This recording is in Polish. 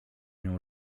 nią